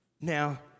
now